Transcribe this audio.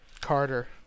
Carter